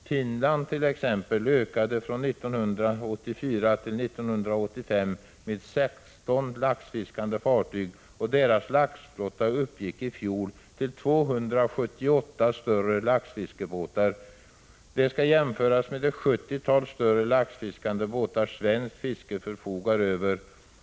Finland t.ex. noterar från 1984 till 1985 en ökning med 16 laxfiskande fartyg, och landets laxflotta uppgick i fjol till 278 större 101 laxfiskebåtar. Detta skall jämföras med det sjuttiotal större laxfiskande båtar svenskt fiske förfogar över.